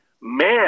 Man